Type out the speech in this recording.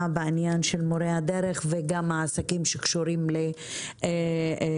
בעניין מורי הדרך והעסקים שקשורים לתיירות.